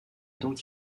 donc